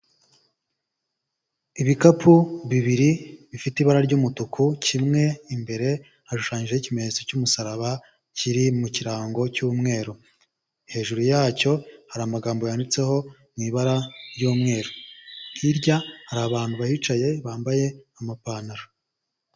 Ibikapu bibiri bifite ibara ry'umutuku kimwe imbere hashushanyijeho ikimenyetso cy'umusaraba kiri mu kirango cy'umweru hejuru yacyo hari amagambo yanditseho mu ibara ry'umweru hirya hari abantu bahicaye bambaye amapantaro.